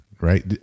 right